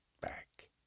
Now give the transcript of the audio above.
back